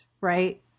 right